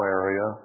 area